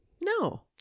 no